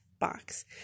Box